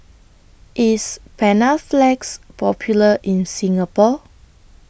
IS Panaflex Popular in Singapore